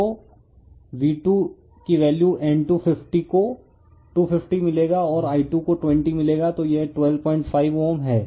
तो V2 की value N250 को 250 मिलेगा और I2 को 20 मिलेगा तो यह 125 ओह्म है